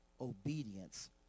Obedience